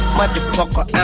Motherfucker